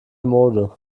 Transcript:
monde